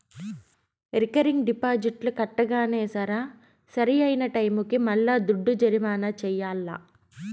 recurring డిపాజిట్లు కట్టంగానే సరా, సరైన టైముకి మల్లా దుడ్డు జమ చెయ్యాల్ల